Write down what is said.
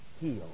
heal